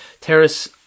terrace